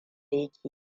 yake